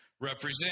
represent